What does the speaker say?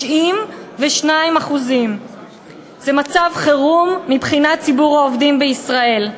92%. זה מצב חירום מבחינת ציבור העובדים בישראל,